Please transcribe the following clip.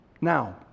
Now